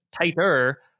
tighter